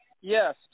yes